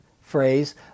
phrase